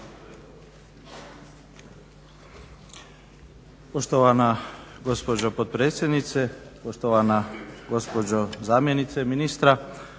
Poštovana gospođo potpredsjednice, poštovana gospođo zamjenice ministra,